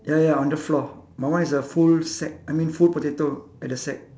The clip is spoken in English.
ya ya on the floor my one is a full sack I mean full potato at the sack